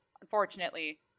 unfortunately